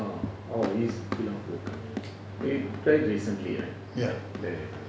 ya